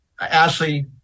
Ashley